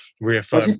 reaffirm